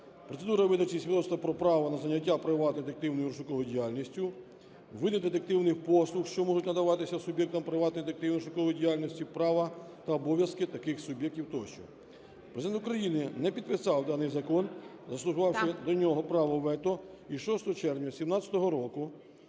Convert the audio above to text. процедура видачі свідоцтва про право на зайняття приватною детективною (розшуковою) діяльності; види детективних послуг, що можуть надаватися суб'єктам приватної детективної (розшукової) діяльності, права та обов'язки таких суб'єктів тощо. Президент України не підписав даний закон, застосувавши до нього право вето, і 6 червня 2017 року